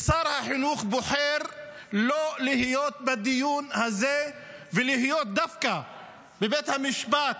משרד החינוך בוחר לא להיות בדיון הזה ולהיות דווקא בבית המשפט